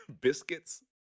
biscuits